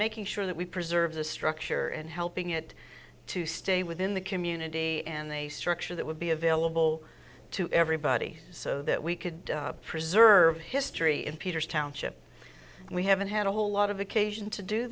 making sure that we preserve the structure and helping it to stay within the community and a structure that would be available to everybody so that we could preserve history in peter's township we haven't had a whole lot of occasion to do